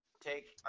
take